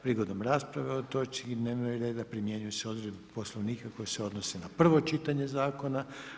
Prigodom rasprave o ovoj točci dnevnog reda, primjenjuju se odredbe poslovnika, koje se odnose na prvo čitanje zakona.